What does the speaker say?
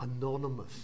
anonymous